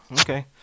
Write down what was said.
Okay